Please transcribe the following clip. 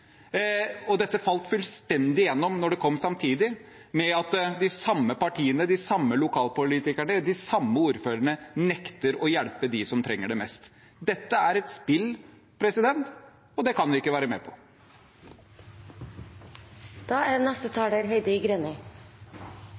Dette falt fullstendig igjennom da det kom samtidig med at de samme partiene, de samme lokalpolitikerne og de samme ordførerne nekter å hjelpe dem som trenger det mest. Dette er et spill, og det kan vi ikke være med